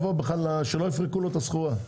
שלא יפרקו לו את הסחורה.